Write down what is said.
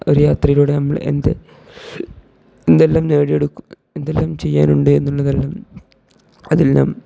ഒരു യാത്രയിലൂടെ നമ്മൾ എന്ത് എന്തെല്ലാം നേടിയെടുക്കും എന്തെല്ലാം ചെയ്യാനുണ്ട് എന്നുള്ളതെല്ലാം അതെല്ലാം